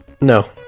No